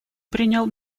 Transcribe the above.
принял